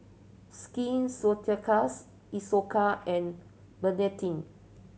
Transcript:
Skin Ceuticals Isocal and Betadine